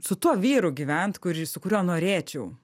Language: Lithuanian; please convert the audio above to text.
su tuo vyru gyvent kurį su kuriuo norėčiau